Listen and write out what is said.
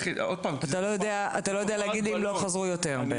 אתה לא יודע להגיד אם לא חזרו יותר.